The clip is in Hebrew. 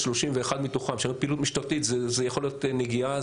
כשאני אומר פעילות משטרתית זה יכול להיות נגיעה,